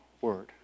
word